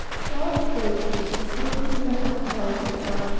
if thou art afraid for me, then clothe me with that immortality of thine,